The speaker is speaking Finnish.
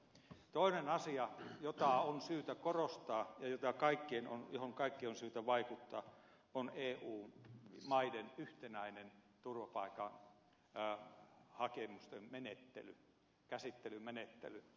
toinen asia jota on syytä korostaa ja johon kaikkien on syytä vaikuttaa on eu maiden yhtenäinen turvapaikkahakemusten käsittelymenettely